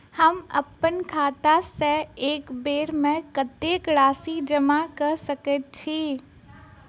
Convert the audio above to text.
हम अप्पन खाता सँ एक बेर मे कत्तेक राशि जमा कऽ सकैत छी?